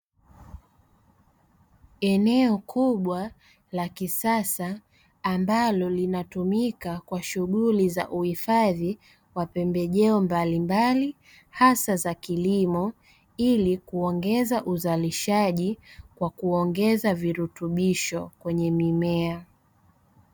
Eneo kubwa la kisasa ambalo linatumika kwa shughuli za uhifadhi wa pembejeo mbalimbali, hasa za kilimo ili kuongeza uzalishaji kwa kuongeza virutubisho kwenye mimea.